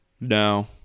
No